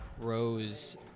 pros